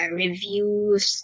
reviews